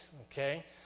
okay